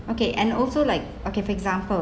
okay and also like okay for example